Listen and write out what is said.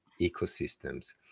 ecosystems